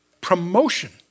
promotion